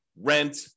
rent